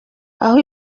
aho